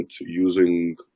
using